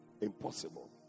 Impossible